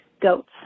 goats